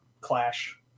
clash